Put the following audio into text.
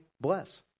bless